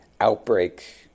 outbreak